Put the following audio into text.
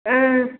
ஆ